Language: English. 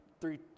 three